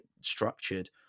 structured